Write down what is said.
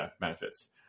benefits